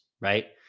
right